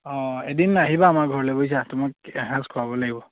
অঁ এদিন আহিবা আমাৰ ঘৰলৈ বুইছা তোমাক এসাঁজ খোৱাব লাগিব